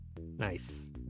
nice